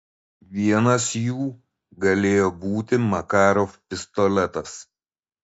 vienas jų galėjo būti makarov pistoletas